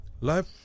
Life